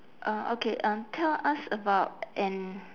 ah okay uh tell us about an